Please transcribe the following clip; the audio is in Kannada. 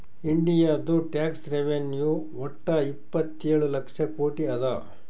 ಇಂಡಿಯಾದು ಟ್ಯಾಕ್ಸ್ ರೆವೆನ್ಯೂ ವಟ್ಟ ಇಪ್ಪತ್ತೇಳು ಲಕ್ಷ ಕೋಟಿ ಅದಾ